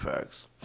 Facts